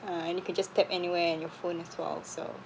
uh and you can just tap anywhere in your phone as well so